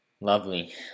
Lovely